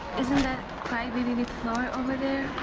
isn't that crybaby with fleur over there?